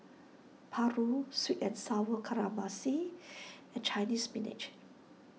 Paru Sweet and Sour Calamari and Chinese Spinach